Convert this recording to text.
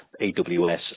AWS